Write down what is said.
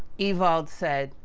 ewald said,